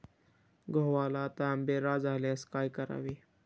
गव्हाला तांबेरा झाल्यास काय करावे?